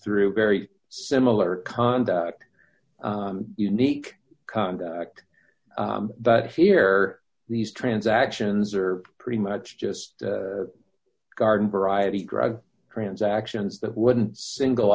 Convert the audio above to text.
through very similar conduct unique conduct but here these transactions are pretty much just garden variety grown transactions that wouldn't single